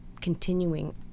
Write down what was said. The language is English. continuing